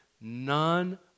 none